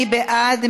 מי בעד?